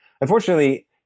Unfortunately